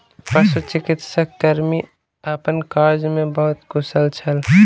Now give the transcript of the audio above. पशुचिकित्सा कर्मी अपन कार्य में बहुत कुशल छल